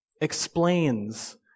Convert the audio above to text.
explains